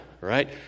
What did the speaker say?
right